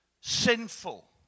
sinful